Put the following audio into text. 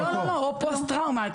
או במקרה של פוסט טראומה.